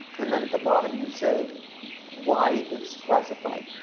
and then at the bottom you say why it's classified.